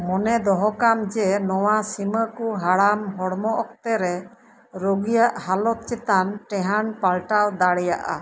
ᱢᱚᱱᱮ ᱫᱚᱦᱚᱠᱟᱢ ᱡᱮ ᱱᱚᱶᱟ ᱥᱤᱢᱟᱹ ᱠᱚ ᱦᱟᱲᱟᱢ ᱦᱚᱲᱢᱚ ᱚᱠᱛᱮ ᱨᱮ ᱨᱳᱜᱤᱭᱟᱜ ᱦᱟᱞᱚᱛ ᱪᱮᱛᱟᱱ ᱨᱮ ᱴᱮᱸᱦᱟᱰ ᱯᱟᱞᱴᱟᱣ ᱫᱟᱲᱮᱭᱟᱜᱼᱟ